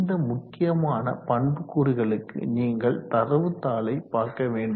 இந்த முக்கியமான பண்புக்கூறுகளுக்கு நீங்கள் தரவுத்தாளை பார்க்க வேண்டும்